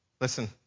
listen